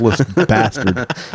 bastard